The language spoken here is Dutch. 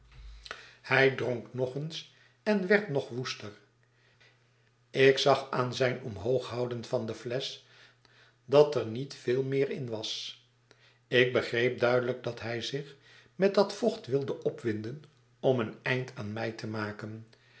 hij dronk nog eens en werd nog woester ik zag aan zijn omhooghouden van de flesch dat er niet veel meer in was ik begreep duidelijk dat hij zich met dat vocht wilde opwinden om een eind aan mij te maken